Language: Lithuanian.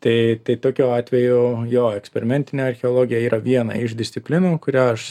tai tai tokiu atveju jo eksperimentinė archeologija yra viena iš disciplinų kurią aš